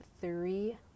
three